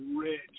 rich